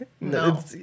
no